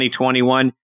2021